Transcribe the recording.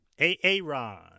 A-A-Ron